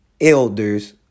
elders